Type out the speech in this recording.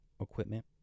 equipment